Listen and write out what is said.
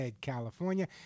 California